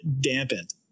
dampened